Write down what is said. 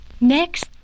Next